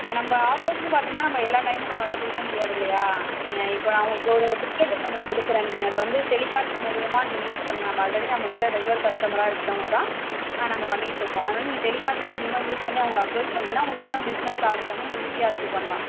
அது நம்ப ஆஃப்பர்ஸுன்னு பார்த்தீங்கன்னா நம்ம எல்லா டைமும் நம்மளால் கொடுக்கமுடியாது இல்லையா நீங்கள் இப்போ நான் உங்களுக்கு ஒரு ஒன்று நான் கொடுக்குறேன் நீங்கள் அதை வந்து டெலிகாலிங் மூலயமா நீங்கள் யூஸ் பண்ணுங்க நம்ம ஆல்ரெடி நம்மகிட்ட ரெகுலர் கஸ்டமராக இருக்கிறவங்கதான் நாம பண்ணிட்டு இருக்கோம் அதனால் நீங்கள் டெலிகாலிங் மூலயமா யூஸ் பண்ணி அவங்கள அப்ரோச் பண்ணிங்கன்னா உங்களுக்கு இன்னும் பிஸ்னஸ் டார்கெட்டை வந்து நம்ம ஈஸியாக அச்சீவ் பண்ணலாம்